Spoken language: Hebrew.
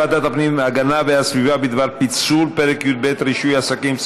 והגנת הסביבה בדבר פיצול פרק י"ב (רישוי עסקים),